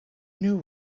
knew